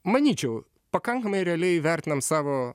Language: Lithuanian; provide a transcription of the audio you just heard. manyčiau pakankamai realiai vertinam savo